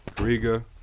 Riga